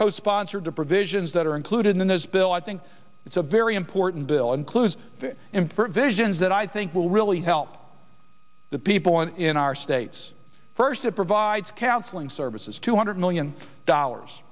co sponsored the provisions that are included in this bill i think it's a very important bill includes him for visions that i think will really help the people in our states first that provides counseling services two hundred million dollars